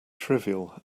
trivial